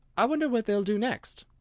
i wonder what they'll do next!